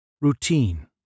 routine